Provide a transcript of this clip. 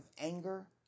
anger